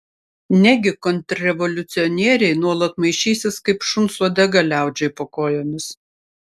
negi kontrrevoliucionieriai nuolat maišysis kaip šuns uodega liaudžiai po kojomis